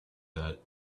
that